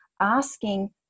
asking